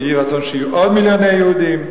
ויהי רצון שיהיו עוד מיליוני יהודים,